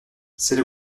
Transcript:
c’est